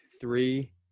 three